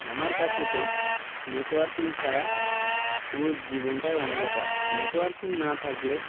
আমার কাছে তো নেটওয়ার্কিং ছাড়া পুরো জীবনটাই অন্ধকার নেটওয়ার্কিং না থাকলে